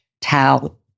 towel